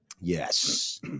Yes